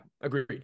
agreed